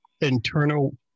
internal